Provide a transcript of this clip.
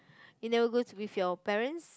you never go with your parents